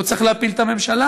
לא צריך להפיל את הממשלה.